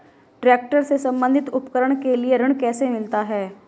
Tractor से संबंधित उपकरण के लिए ऋण कैसे मिलता है?